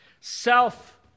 Self